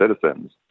citizens